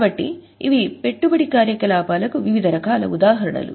కాబట్టి ఇవి పెట్టుబడి కార్యకలాపాలకు వివిధ రకాల ఉదాహరణలు